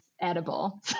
edible